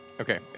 Okay